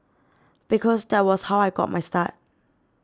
because that was how I got my start